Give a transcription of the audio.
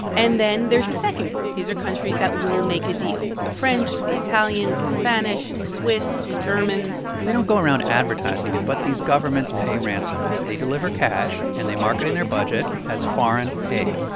and then there's a second group. these are countries that will make a deal the french, the italians, the spanish, the swiss, the germans they don't go around advertising it, but these governments pay ransom. they deliver cash, and they mark it in their budget as foreign aid.